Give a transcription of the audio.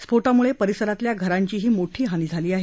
स्फोटाम्ळे परिसरातील घरांचीही मोठी हानी झाली आहे